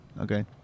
Okay